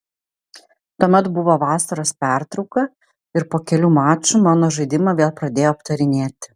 tuomet buvo vasaros pertrauka ir po kelių mačų mano žaidimą vėl pradėjo aptarinėti